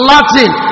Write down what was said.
Latin